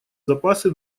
запасы